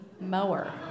mower